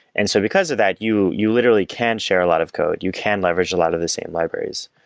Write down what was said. and so because of that, you you literally can share a lot of code, you can leverage a lot of the same libraries.